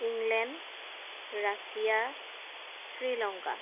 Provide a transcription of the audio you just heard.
England Russia Sri Lanka